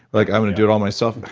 like i'm going to do it all myself,